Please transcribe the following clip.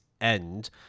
end